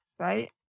Right